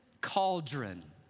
cauldron